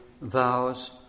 vows